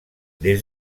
des